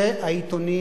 זה העיתונים